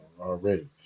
already